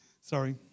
Sorry